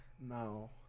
No